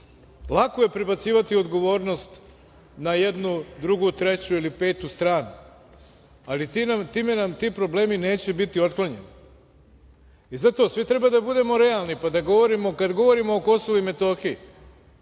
Lako je prebacivati odgovornost na jednu, drugu, treću ili petu stranu, ali time nam ti problemi neće biti otklonjeni i zato svi treba da budemo realni, pa da govorimo, kada govorimo o Kosovu i Metohiji,